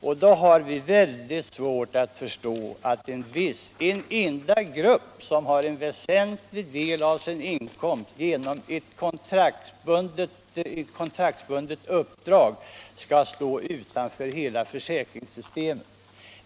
Därför har vi mycket svårt att förstå att en enda grupp som har en väsentlig del av sin inkomst från ett kontraktsbundet uppdrag skall stå utanför hela försäkringssystemet.